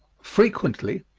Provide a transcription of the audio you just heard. frequently,